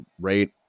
rate